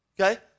okay